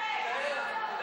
כחלון.